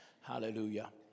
Hallelujah